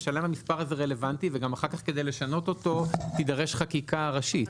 האם המספר הזה רלוונטי וגם אחר כך כדי לשנות אותו תידרש חקיקה ראשית.